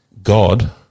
God